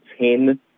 ten